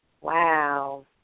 Wow